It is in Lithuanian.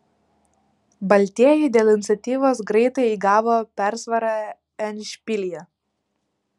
baltieji dėl iniciatyvos greitai įgavo persvarą endšpilyje